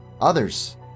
others